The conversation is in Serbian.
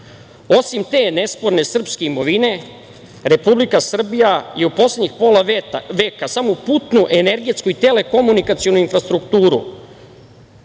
Osim te nesporne srpske imovine, Republika Srbija je u poslednjih pola veka samo u putnu, energetsku i telekomunikacionu infrastrukturu